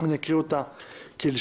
אני אקריא אותה כלשונה.